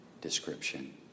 description